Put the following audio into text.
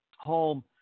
home